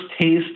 taste